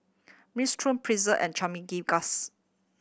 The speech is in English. Minestrone Pretzel and